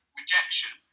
rejection